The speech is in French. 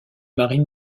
marine